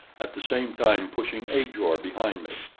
at the same time pushing ajor behind me.